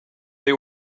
they